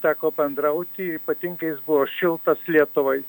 teko bendrauti ypatingai jis buvo šiltas lietuvai